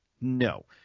no